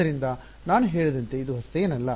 ಆದ್ದರಿಂದ ನಾನು ಹೇಳಿದಂತೆ ಇದು ಹೊಸತೇನಲ್ಲ